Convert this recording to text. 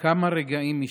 כמה רגעים משם.